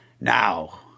Now